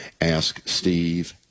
asksteve